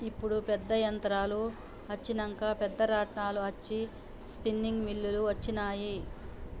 ఇప్పుడు పెద్ద యంత్రాలు అచ్చినంక పెద్ద రాట్నాలు అచ్చి స్పిన్నింగ్ మిల్లులు అచ్చినాయి